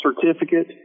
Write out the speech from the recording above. certificate